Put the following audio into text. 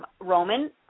Roman